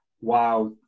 wow